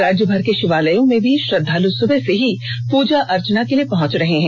राज्यभर के षिवालयों में भी श्रद्धालु सुबह से ही पूजा अर्चना के लिए पहुंच रहे हैं